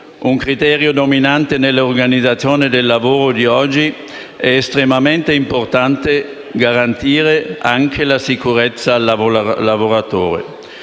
un criterio dominante nell’organizzazione del lavoro di oggi, è estremamente importante garantire anche sicurezza al lavoratore.